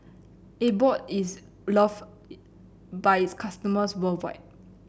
Abbott is loved by its customers worldwide